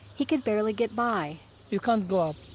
he could barely get by you can't go up.